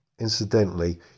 Incidentally